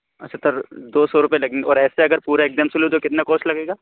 اچھا تو دو سو روپیے لگیں گے اور ایسے اگر پورا ایک دم سے لوں تو کتنا کاسٹ لگے گا